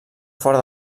fora